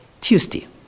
Tuesday